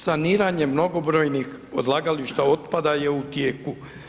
Saniranjem mnogobrojnih odlagališta otpada je u tijeku.